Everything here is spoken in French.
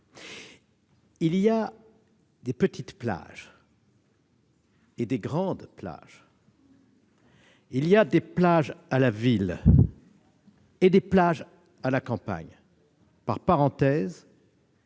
Il y a des petites plages et des grandes plages ; il y a des plages à la ville et des plages à la campagne. Ainsi,